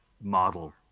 model